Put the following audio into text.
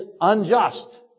unjust